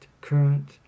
current